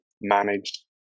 manage